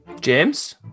James